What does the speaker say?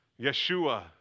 Yeshua